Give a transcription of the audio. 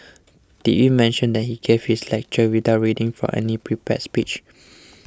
did we mention that he gave this lecture without reading from any prepared speech